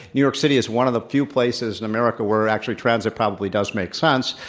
new york city is one of the few places in america where actually transit probably does make sense.